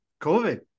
COVID